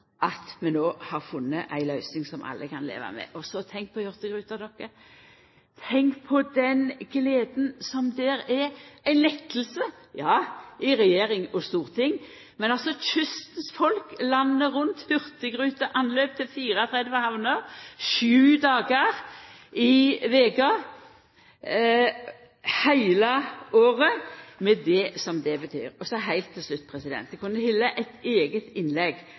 at vi no har funne ei løysing som alle kan leva med. Og så: Tenk på hurtigruta – det er ei lette, ja, i regjering og storting – tenk på den gleda blant kystens folk landet rundt med hurtigruteanløp til 34 hamner sju dagar i veka heile året, med det som det vil innebera! Så heilt til slutt: Eg kunne halda eit eige innlegg